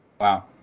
Wow